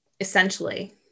essentially